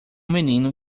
menino